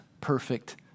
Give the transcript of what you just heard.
perfect